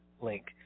link